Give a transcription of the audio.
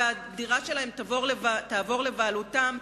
הדירה שלהם תעבור לבעלותם,